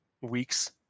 weeks